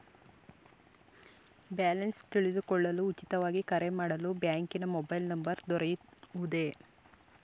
Balance ತಿಳಿದುಕೊಳ್ಳಲು ಉಚಿತವಾಗಿ ಕರೆ ಮಾಡಲು ಬ್ಯಾಂಕಿನ ಮೊಬೈಲ್ ನಂಬರ್ ದೊರೆಯುವುದೇ?